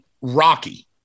Rocky